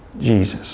Jesus